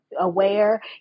aware